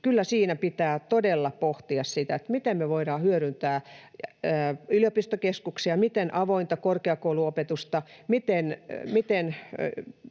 Kyllä siinä pitää todella pohtia sitä, miten me voidaan hyödyntää yliopistokeskuksia, miten avointa korkeakouluopetusta, miten